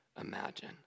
imagine